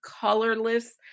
colorless